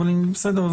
ניסוחיים.